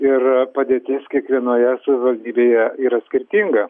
ir padėtis kiekvienoje savivaldybėje yra skirtinga